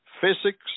Physics